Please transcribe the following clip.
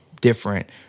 different